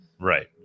right